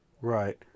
Right